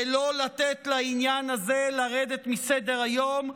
ולא לתת לעניין הזה לרדת מסדר-היום.